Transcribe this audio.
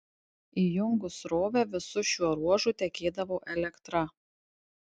įjungus srovę visu šiuo ruožu tekėdavo elektra